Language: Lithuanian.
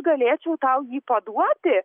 galėčiau tau jį paduoti